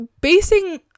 basing